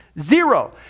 Zero